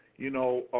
you know,